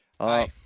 Hi